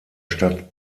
stadt